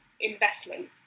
investment